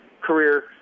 career